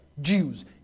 Jews